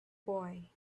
boy